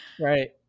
Right